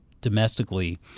domestically